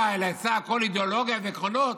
אלא אצלה הכול אידיאולוגיה ועקרונות?